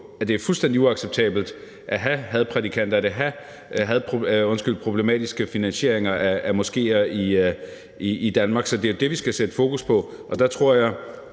at det er fuldstændig uacceptabelt at have hadprædikanter eller problematiske finansieringer af moskéer i Danmark, så det er det, vi skal sætte fokus på, og der tror jeg,